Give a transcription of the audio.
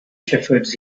shepherds